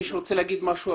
יש מישהו שרוצה לומר משהו?